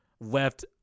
left